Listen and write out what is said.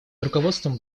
руководством